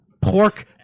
Pork